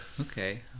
Okay